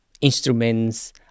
instruments